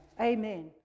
Amen